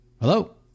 Hello